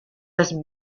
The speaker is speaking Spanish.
las